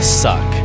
suck